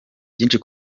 byinshi